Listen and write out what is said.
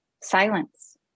silence